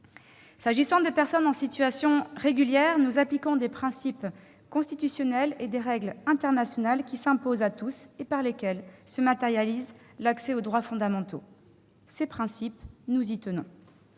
S'agissant des personnes en situation régulière, nous appliquons des principes constitutionnels et des règles internationales qui s'imposent à tous et par lesquelles se matérialise l'accès aux droits fondamentaux. Ces principes, nous y tenons.